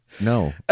No